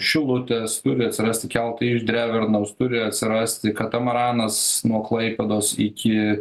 šilutės turi atsirasti keltai iš drevernos turi atsirasti katamaranas nuo klaipėdos iki